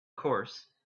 course